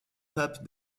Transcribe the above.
pape